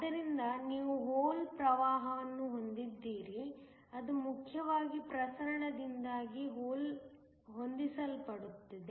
ಆದ್ದರಿಂದ ನೀವು ಹೋಲ್ ಪ್ರವಾಹವನ್ನು ಹೊಂದಿದ್ದೀರಿ ಅದು ಮುಖ್ಯವಾಗಿ ಪ್ರಸರಣದಿಂದಾಗಿ ಹೊಂದಿಸಲ್ಪಟ್ಟಿದೆ